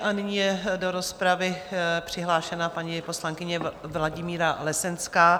Nyní je do rozpravy přihlášená paní poslankyně Vladimíra Lesenská.